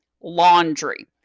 Laundry